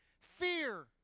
fear